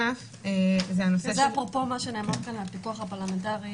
זה אפרופו מה שנאמר כאן הפיקוח הפרלמנטרי